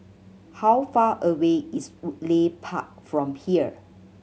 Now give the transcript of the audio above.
how far away is Woodleigh Park from here